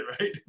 right